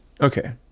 Okay